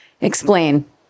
Explain